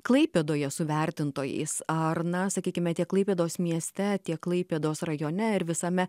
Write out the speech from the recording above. klaipėdoje su vertintojais ar na sakykime tiek klaipėdos mieste tiek klaipėdos rajone ir visame